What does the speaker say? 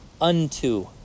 unto